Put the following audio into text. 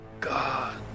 god